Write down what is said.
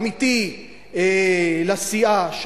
עמיתי לסיעה,